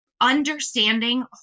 understanding